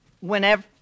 Whenever